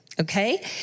okay